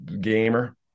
gamer